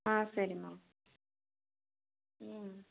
ஆ சரிமா ம்